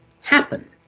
happen